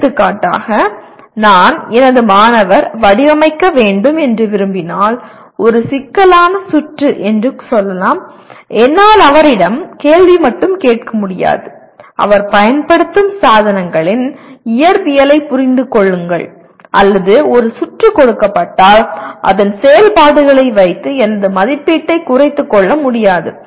எடுத்துக்காட்டாகநான் எனது மாணவர் வடிவமைக்க வேண்டும் என்றுவிரும்பினால் ஒரு சிக்கலான சுற்று என்று சொல்லலாம் என்னால் அவரிடம் கேள்வி மட்டும்கேட்க முடியாது அவர் பயன்படுத்தும் சாதனங்களின் இயற்பியலைப் புரிந்துகொள்ளுதல் அல்லது ஒரு சுற்று கொடுக்கப்பட்டால் அதன் செயல் பாடுகளை வைத்து எனது மதிப்பீட்டை குறைத்துக்கொள்ளமுடியாது